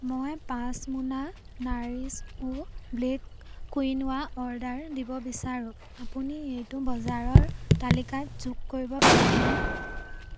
মই পাঁচ মোনা nourish you black quinoa order দিব বিচাৰোঁ আপুনি এইটো বজাৰৰ তালিকাত যোগ কৰিব পাৰিবনে